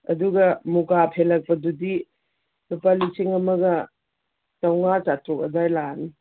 ꯑꯗꯨꯒ ꯃꯨꯛꯀꯥ ꯐꯦꯜꯂꯛꯄꯗꯗꯤ ꯂꯨꯄꯥ ꯂꯤꯁꯤꯡ ꯑꯃꯒ ꯆꯥꯝꯃꯉꯥ ꯆꯥꯇ꯭ꯔꯨꯛ ꯑꯗꯥꯏ ꯂꯥꯛꯑꯅꯤ